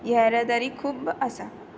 येरादारी खूब्ब आसा